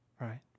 Right